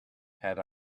had